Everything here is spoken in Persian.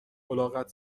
الاغت